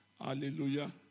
Hallelujah